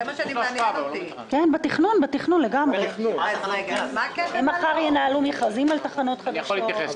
מחר הם ינהלו מכרזים על תחנות חדשות.